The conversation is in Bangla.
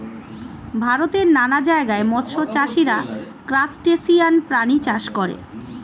ভারতের নানান জায়গায় মৎস্য চাষীরা ক্রাসটেসিয়ান প্রাণী চাষ করে